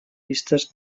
vistes